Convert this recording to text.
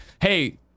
hey